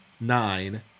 nine